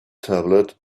tablet